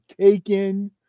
taken